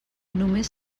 només